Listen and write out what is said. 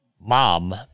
mom